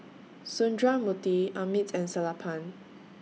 Sundramoorthy Amit and Sellapan